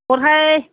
हरहाय